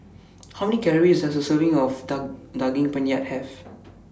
How Many Calories Does A Serving of Daging Penyet Have